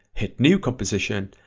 hit new composition,